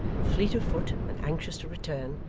fleet of foot, and anxious to return,